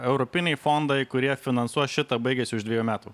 europiniai fondai kurie finansuos šitą baigiasi už dvejų metų